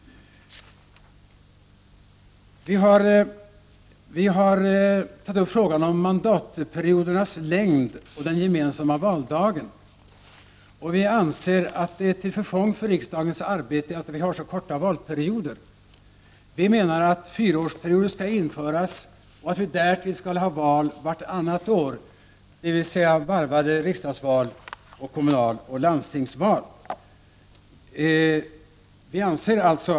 Vi har tagit upp frågan om mandatperiodernas längd och den gemensamma valdagen. Vi anser att det är till förfång för riksdagens arbete att valperioderna är så korta. Vi menar att fyraårsperioder skall införas och att vi därtill skall ha val vartannat år, dvs. varvade riksdagsval och kommunaloch landstingsval.